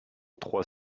trois